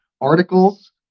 articles